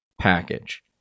package